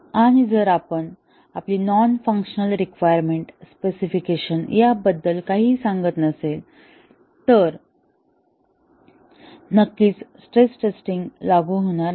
आणि जर आपली नॉन फंक्शनल रिक्वायरमेंट स्पेसिफिकेशन याबद्दल काहीही सांगत नसेल तर नक्कीच स्ट्रेस टेस्टिंग लागू होणार नाही